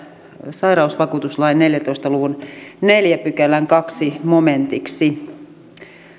sairausvakuutuslain neljäntoista luvun neljännen pykälän toiseksi momentiksi